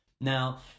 Now